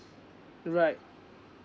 right